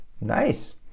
nice